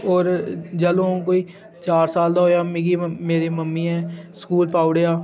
और जैह्लूं अ'ऊं कोई चार साल दा होआ मिगी मेरी मम्मी नै स्कूल पाई ओड़ेआ